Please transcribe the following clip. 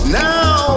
now